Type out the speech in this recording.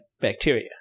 bacteria